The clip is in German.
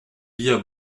via